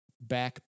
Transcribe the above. back